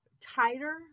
tighter